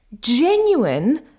genuine